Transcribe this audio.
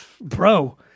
bro